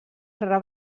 rap